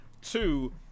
two